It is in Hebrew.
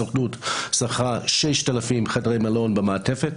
הסוכנות שכרה 6,000 חדרי מלון במעטפת,